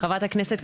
חברת הכנסת,